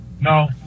No